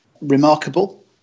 Remarkable